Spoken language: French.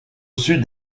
sud